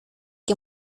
que